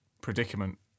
predicament